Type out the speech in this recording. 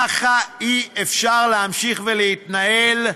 ככה אי-אפשר להמשיך להתנהל.